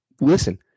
Listen